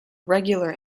regular